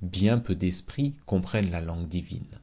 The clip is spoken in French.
bien peu d'esprits comprennent la langue divine